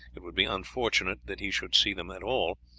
it would be unfortunate that he should see them at all,